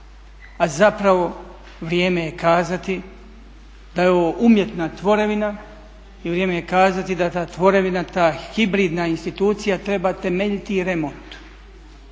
a zapravo vrijeme je kazati da je ovo umjetna tvorevina i vrijeme je kazati da ta tvorevina, ta hibridna institucija treba temeljiti i remont.